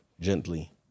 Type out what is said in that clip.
Gently